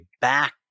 back